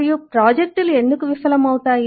మరియు ప్రాజెక్టులు ఎందుకు విఫలమవుతాయి